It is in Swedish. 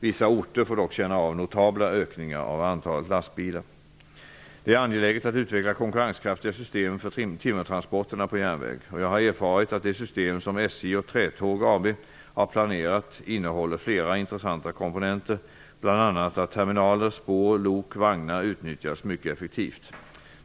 Vissa orter får dock känna av notabla ökningar av antalet lastbilar. Det är angeläget att utveckla konkurrenskraftiga system för timmertransporterna på järnväg. Jag har erfarit att det system som SJ och Trätåg AB har planerat innehåller flera intressanta komponenter, bl.a. att terminaler, spår, lok och vagnar utnyttjas mycket effektivt.